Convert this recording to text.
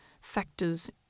factors